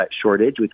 shortage